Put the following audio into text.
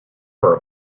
for